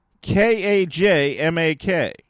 K-A-J-M-A-K